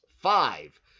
five